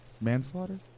Manslaughter